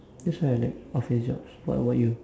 that's why I like office jobs what about you